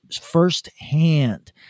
firsthand